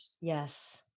Yes